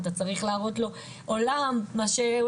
אתה צריך להראות לו עולם,